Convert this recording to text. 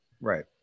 right